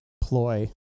ploy